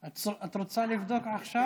את רוצה לבדוק עכשיו?